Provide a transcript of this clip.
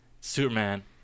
Superman